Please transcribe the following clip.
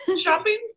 Shopping